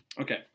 Okay